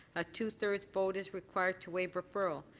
a two-thirds vote is required to waive referral.